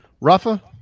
rafa